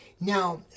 Now